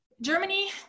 Germany